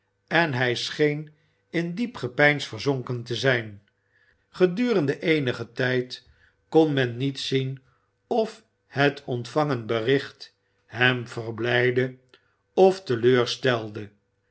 en hij scheen in diep gepeins verzonken te zijn gedurende eenigen tijd kon men niet zien of het ontvangen bericht hem verblijdde of